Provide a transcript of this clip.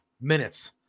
minutes